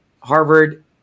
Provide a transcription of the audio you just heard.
Harvard